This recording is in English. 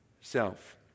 self